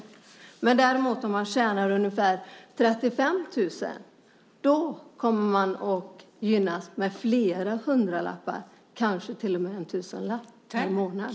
Om man däremot tjänar ungefär 35 000 kr kommer man att gynnas med flera hundralappar, ja, kanske till och med en tusenlapp per månad.